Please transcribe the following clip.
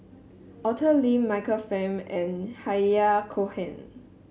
Arthur Lim Michael Fam and Han Yahya Cohen